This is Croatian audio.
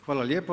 Hvala lijepo.